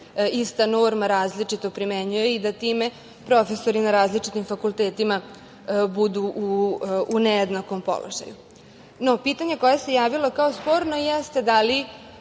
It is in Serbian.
ista norma različito primenjuje i da time profesori na različitim fakultetima budu u nejednakom položaju. Pitanje koje se javilo kao sporno jeste da li